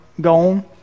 gone